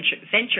venture